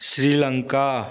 Sri Lanka